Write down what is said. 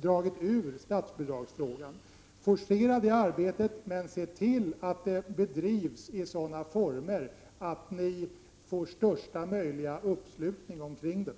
dragit ur statsbidragsfrågan. Forcera det arbetet, men se till att det bedrivs i sådana former att ni får största möjliga uppslutning omkring det.